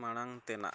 ᱢᱟᱲᱟᱝ ᱛᱮᱱᱟᱜ